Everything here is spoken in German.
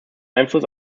einfluss